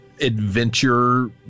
adventure